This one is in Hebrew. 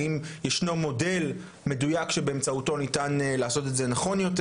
האם ישנו מודל מדויק שבאמצעותו ניתן לעשות את זה נכון יותר?